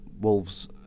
Wolves